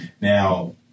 Now